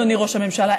אדוני ראש הממשלה.